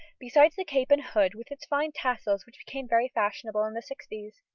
besides the cape and hood with its fine tassels which became very fashionable in the sixties.